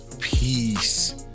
peace